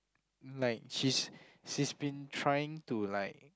like she's she's been trying to like